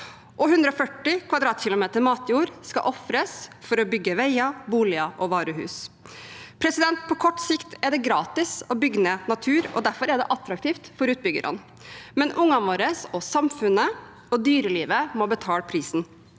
Og 140 km[2] matjord skal ofres for å bygge veier, boliger og varehus. På kort sikt er det gratis å bygge ned natur, og derfor er det attraktivt for utbyggerne. Men ungene våre og samfunnet og dyrelivet må betale prisen.